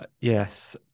yes